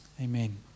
Amen